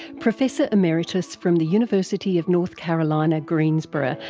professor emeritus from the university of north carolina, greensboro,